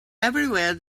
everywhere